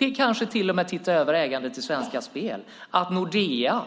Man kan kanske till och med se över ägandet i Svenska Spel, att Nordea